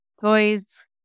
toys